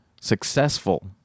successful